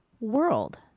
world